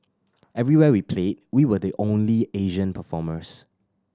everywhere we played we were the only Asian performers